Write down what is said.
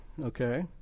Okay